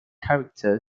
character